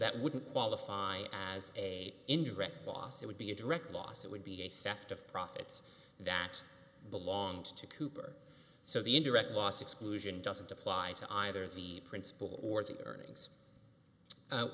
that wouldn't qualify as a indirect loss it would be a direct loss it would be a theft of profits that belongs to cooper so the indirect loss exclusion doesn't apply to either the principal or the earnings